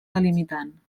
delimitant